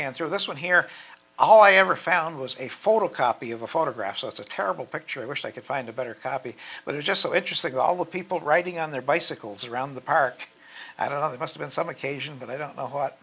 through this one here all i ever found was a photocopy of a photograph so it's a terrible picture i wish i could find a better copy but it's just so interesting all the people writing on their bicycles around the park i don't know that must've been some occasion but i don't know what